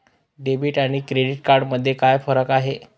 Debit आणि credit card मध्ये काय फरक आहे?